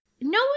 No